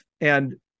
And-